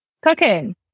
cooking